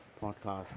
podcast